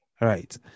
Right